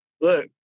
look